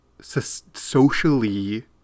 socially